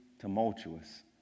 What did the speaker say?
tumultuous